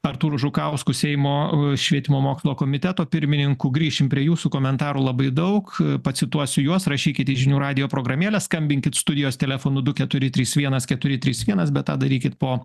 artūru žukausku seimo švietimo mokslo komiteto pirmininku grįšim prie jūsų komentarų labai daug pacituosiu juos rašykite žinių radijo programėlę skambinkit studijos telefonu du keturi trys vienas keturi trys vienas bet tą darykit po